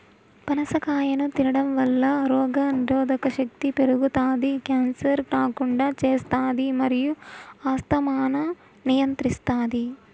పనస కాయను తినడంవల్ల రోగనిరోధక శక్తి పెరుగుతాది, క్యాన్సర్ రాకుండా చేస్తాది మరియు ఆస్తమాను నియంత్రిస్తాది